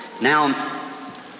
Now